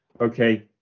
okay